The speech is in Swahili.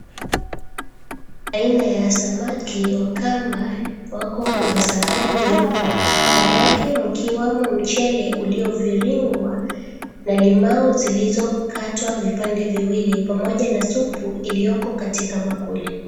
Aina ya samaki wa kamba wako kwenye sahani nyeupe kando yake ikiwamo mchele uliyoviringwa na limau zilizokatwa vipande viwili pamoja na supu iliyoko katika bakuli.